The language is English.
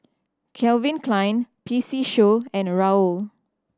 Calvin Klein P C Show and Raoul